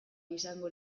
izango